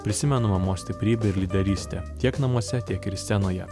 prisimenu mamos stiprybę ir lyderystę tiek namuose tiek ir scenoje